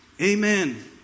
amen